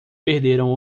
perderam